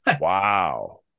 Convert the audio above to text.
wow